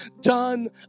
done